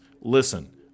Listen